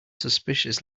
suspicious